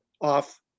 off